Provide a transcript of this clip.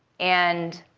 and